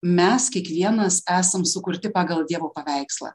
mes kiekvienas esam sukurti pagal dievo paveikslą